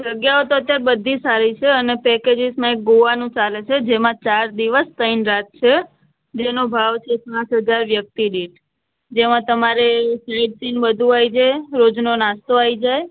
જગ્યાઓ તો અત્યારે બધી સારી છે અને પેકેજીસમાં એક ગોવાનું ચાલે છે જેમાં ચાર દિવસ ત્રણ રાત છે જેનો ભાવ છે પાંચ હજાર વ્યક્તિ દીઠ જેમાં તમારે સાઇટ સીન બધું આવી જાય રોજનો નાસ્તો આવી જાય